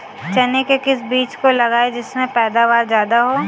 चने के किस बीज को लगाएँ जिससे पैदावार ज्यादा हो?